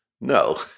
No